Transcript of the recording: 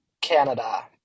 canada